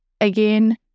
again